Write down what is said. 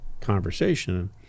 conversation